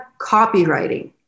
copywriting